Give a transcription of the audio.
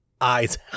Eyes